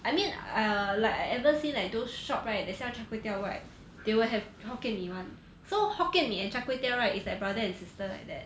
I mean err like ever seen like those shop right that sell char kway teow right they will have hokkien mee [one] so hokkien mee and char kway teow right is like brother and sister like that